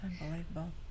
Unbelievable